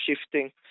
shifting